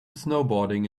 snowboarding